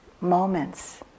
moments